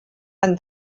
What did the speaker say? and